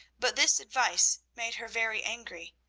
but this advice made her very angry.